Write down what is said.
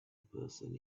person